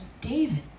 David